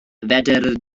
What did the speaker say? fedr